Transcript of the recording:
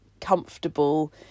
comfortable